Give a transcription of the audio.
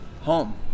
home